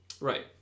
Right